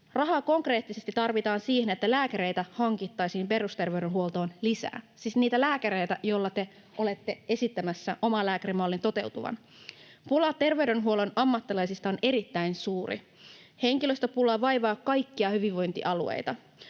Rahaa konkreettisesti tarvitaan siihen, että lääkäreitä hankittaisiin perusterveydenhuoltoon lisää — siis niitä lääkäreitä, joilla te olette esittämässä omalääkärimallin toteutuvan. Pula terveydenhuollon ammattilaisista on erittäin suuri. Henkilöstöpula vaivaa kaikkia hyvinvointialueita.